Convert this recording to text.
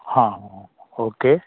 हां ओके